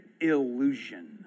illusion